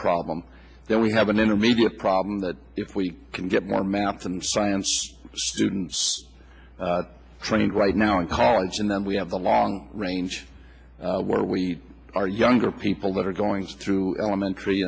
problem then we have an intermediate problem that if we can get more mapped and science students trained right now in college and then we have the long range where we are younger people that are going through elementary